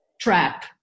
trap